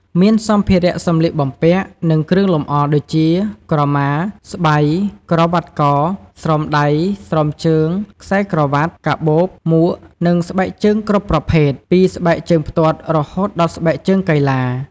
មានសម្ភារៈសម្លៀកបំពាក់ និងគ្រឿងលម្អ ដូចជា ក្រមា ស្បៃ ក្រវ៉ាត់ក ស្រោមដៃ ស្រោមជើង ខ្សែក្រវ៉ាត់ កាបូប មួក និងស្បែកជើងគ្រប់ប្រភេទ ពីស្បែកជើងផ្ទាត់ រហូតដល់ស្បែកជើងកីឡា។